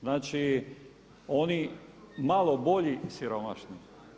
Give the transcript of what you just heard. Znači, oni malo bolji siromašni.